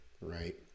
Right